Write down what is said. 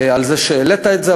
על זה שהעלית את העניין הזה.